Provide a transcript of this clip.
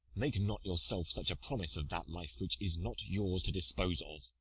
make not yourself such a promise of that life which is not yours to dispose of.